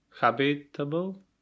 habitable